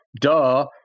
Duh